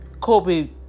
Kobe